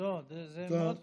לא, זה מאוד חשוב.